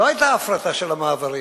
לא היתה הפרטה של המעברים.